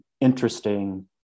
interesting